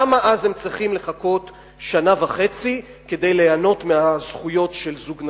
למה אז הם צריכים לחכות שנה וחצי כדי ליהנות מהזכויות של זוג נשוי?